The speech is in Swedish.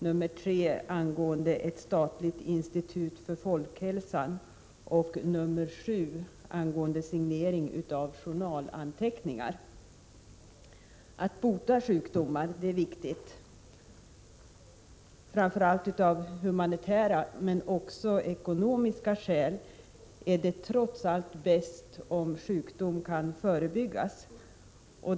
Reservation 3 behandlar ett statligt institut för folkhälsan och reservation 7 signering av journalanteckningar. Att bota sjukdomar är viktigt. Framför allt av humanitära skäl men också av ekonomiska är det trots allt bäst om sjukdom kan förebyggas.